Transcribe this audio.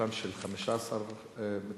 בהתנגדותם של 15 מתנגדים,